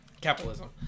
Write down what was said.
capitalism